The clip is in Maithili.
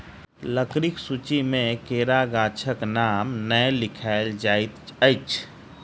लकड़ीक सूची मे केरा गाछक नाम नै लिखल जाइत अछि